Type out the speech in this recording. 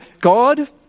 God